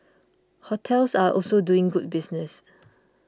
hotels are also doing good business